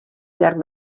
llarg